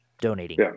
donating